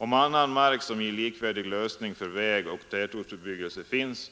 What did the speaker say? Om annan mark som ger likvärdig lösning för vägoch tätortsbebyggelse finns,